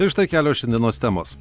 ir štai kelios šiandienos temos